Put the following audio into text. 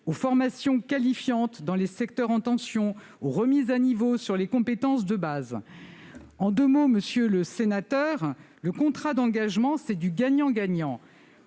aux formations qualifiantes dans les secteurs en tension ou aux remises à niveau sur les compétences de base. En deux mots, monsieur le sénateur, le contrat d'engagement, c'est du gagnant-gagnant.